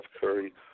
Curry